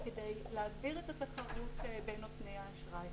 כדי להגביר את התחרות בין נותני האשראי.